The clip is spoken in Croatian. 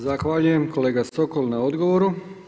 Zahvaljujem kolega Sokol na odgovoru.